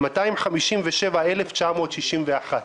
הוא 257,961 שקלים.